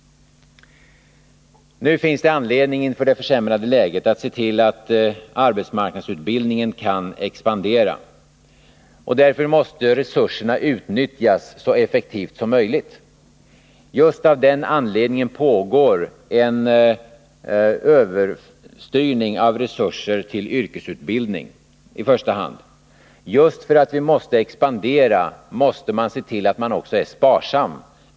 Inför det försämrade läget finns det nu anledning att se till att arbetsmarknadsutbildningen kan expandera. Därför måste resurserna utnyttjas så effektivt som möjligt. Just av den anledningen pågår en överstyrning av resurser till i första hand yrkesutbildning. Just för att vi måste expandera måste man se till att man också är sparsam.